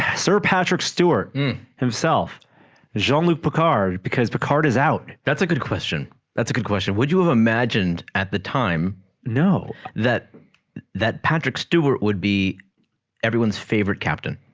sir patrick stewart mmm himself jean-luc picard because the card is out that's a good question that's a good question would you have imagined at the time no that that patrick stewart would be everyone's favorite captain